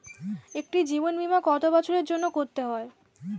একটি জীবন বীমা কত বছরের জন্য করতে হয়?